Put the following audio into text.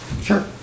Sure